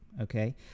Okay